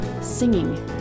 singing